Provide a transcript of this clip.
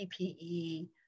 PPE